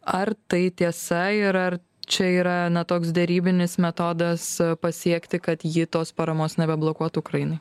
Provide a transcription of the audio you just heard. ar tai tiesa ir ar čia yra na toks darybinis metodas pasiekti kad ji tos paramos nebeblokuotų ukrainai